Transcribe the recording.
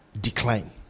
decline